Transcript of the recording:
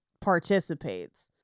participates